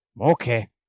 Okay